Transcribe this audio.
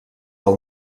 del